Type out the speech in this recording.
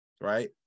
Right